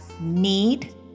need